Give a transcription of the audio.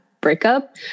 breakup